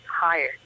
higher